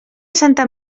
santa